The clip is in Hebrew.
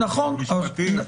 משפטים,